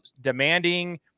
demanding